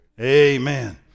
Amen